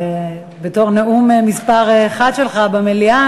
ובתור נאום מספר אחת שלך במליאה,